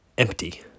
empty